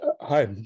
Hi